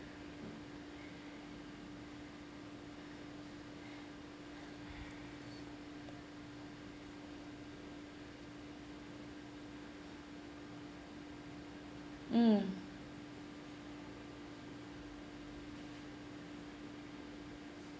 mm